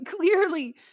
clearly